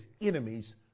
enemies